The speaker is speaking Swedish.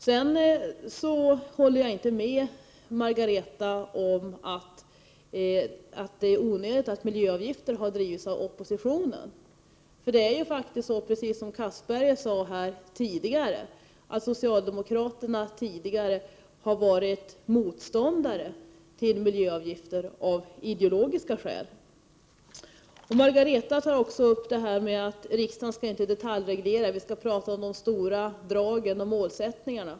Jag håller inte med Margareta Winberg om att det är onödigt att miljöavgifter har drivits av oppositionen. Det är ju faktiskt så, som Castberger sade, att socialdemokraterna tidigare av ideologiska skäl har varit motståndare till miljöavgifter. Margareta Winberg framhöll också att riksdagen inte skall detaljreglera utan skall hålla sig till de stora dragen och målsättningarna.